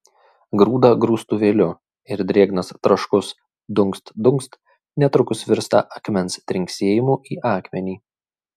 grūda grūstuvėliu ir drėgnas traškus dunkst dunkst netrukus virsta akmens trinksėjimu į akmenį